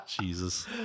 Jesus